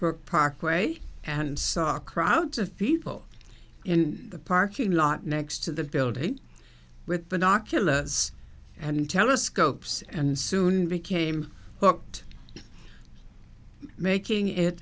e parkway and saw the crowds of people in the parking lot next to the building with binoculars and telescopes and soon became hooked making it